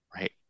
Right